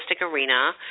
arena